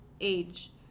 age